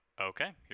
Okay